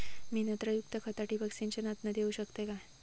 मी नत्रयुक्त खता ठिबक सिंचनातना देऊ शकतय काय?